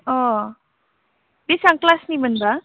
अ बेसेबां क्लासनिमोनबा